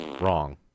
wrong